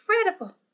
incredible